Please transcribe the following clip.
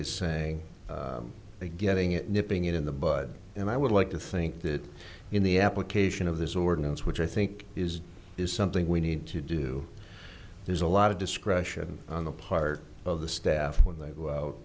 is saying getting it nipping it in the bud and i would like to think that in the application of this ordinance which i think is is something we need to do there's a lot of discretion on the part of the staff when they go out